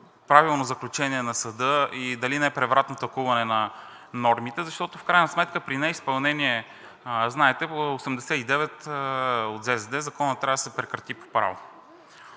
правилно заключение на съда и дали не е превратно тълкуване на нормите, защото в крайна сметка при неизпълнение знаете 89 от ЗЗД – законът трябва да се прекрати по право.